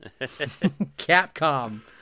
Capcom